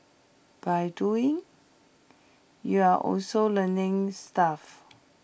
by doing you're also learning stuff